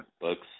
books